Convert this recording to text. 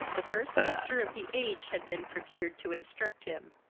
the first master of the age had been procured to instruct him.